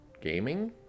gaming